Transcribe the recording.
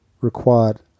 required